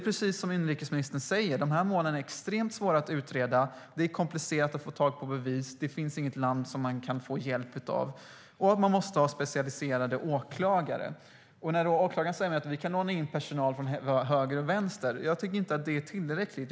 Precis som inrikesministern säger är de här målen extremt svåra att utreda. Det är komplicerat att få tag på bevis. Det finns inget land som man kan få hjälp av. Man måste ha specialiserade åklagare. När då åklagare säger att man kan låna in personal från höger och vänster tycker jag inte att det är tillräckligt.